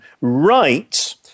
right